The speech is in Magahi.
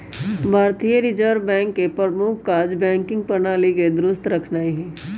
भारतीय रिजर्व बैंक के प्रमुख काज़ बैंकिंग प्रणाली के दुरुस्त रखनाइ हइ